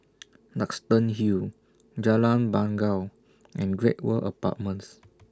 Duxton Hill Jalan Bangau and Great World Apartments